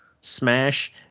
smash